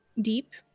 deep